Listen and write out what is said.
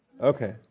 okay